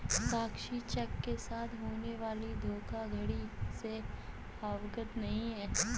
साक्षी cheque के साथ होने वाली धोखाधड़ी से अवगत नहीं है